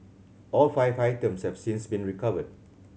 all five items have since been recovered